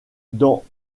dans